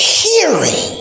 hearing